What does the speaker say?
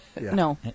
No